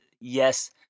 yes